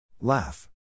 Laugh